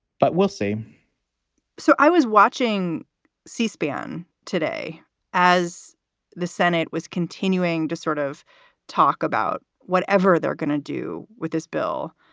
but we'll see so i was watching c-span today as the senate was continuing to sort of talk about whatever they're going to do with this bill.